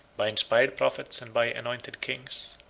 by inspired prophets and by anointed kings.